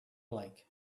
like